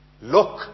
Look